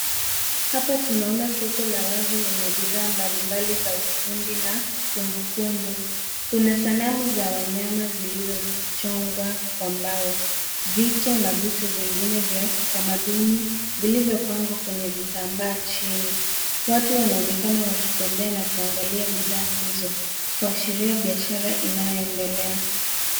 Hapa tunaona soko la wazi lenye bidhaa mbali mbali za ufundi na kumbu kumbu. Kuna sanamu za wanyama zilizochongwa kwa mbao. Vito na vitu vingine vya kitamaduni vilivyopangwa kwenye vitambaa chini. Watu wanaonekana wakitembea na kuangalia bidhaa hizo, kuashiria biashara inayoendelea.